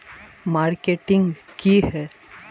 Marketing की है?